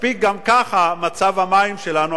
מספיק גם ככה מצב המים שלנו,